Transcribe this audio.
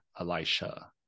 elisha